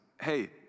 hey